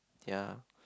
yeah